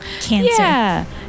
Cancer